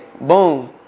boom